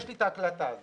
יש לי את ההקלטה הזאת.